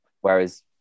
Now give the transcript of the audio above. whereas